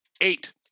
eight